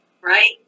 right